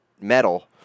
metal